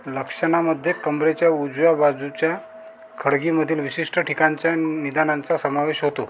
लक्षणामध्ये कंबरेच्या उजव्या बाजूच्या खडगीमधील विशिष्ट ठिकाणच्या न निदानांचा समावेश होतो